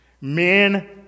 Men